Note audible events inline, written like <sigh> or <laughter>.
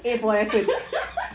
<laughs>